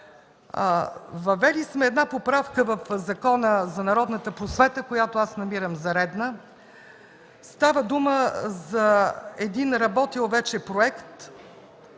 Въвели сме една поправка в Закона за народната просвета, която аз намирам за редна. Става дума за работил вече проект,